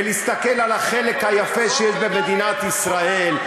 ולהסתכל על החלק היפה שיש במדינת ישראל,